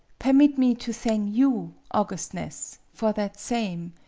permit me to thang you, augustness, for that same.